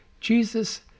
Jesus